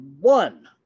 one